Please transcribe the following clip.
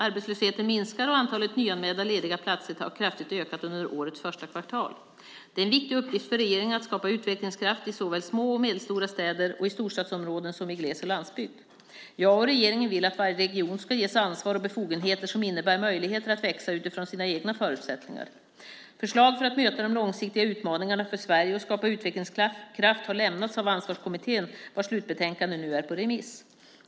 Arbetslösheten minskar, och antalet nyanmälda lediga platser har ökat kraftigt under årets första kvartal. Det är en viktig uppgift för regeringen att skapa utvecklingskraft i såväl små och medelstora städer och i storstadsområden som i gles och landsbygd. Jag och regeringen vill att varje region ska ges ansvar och befogenheter som innebär möjligheter att växa utifrån sina egna förutsättningar. Förslag för att möta de långsiktiga utmaningarna för Sverige och skapa utvecklingskraft har lämnats av Ansvarskommittén, vars slutbetänkande nu är på remiss.